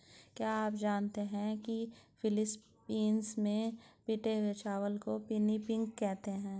क्या आप जानते हैं कि फिलीपींस में पिटे हुए चावल को पिनिपिग कहते हैं